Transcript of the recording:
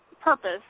purpose